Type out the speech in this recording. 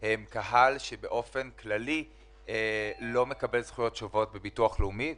הם קהל שבאופן כללי לא מקבל זכויות שוות בביטוח לאומי.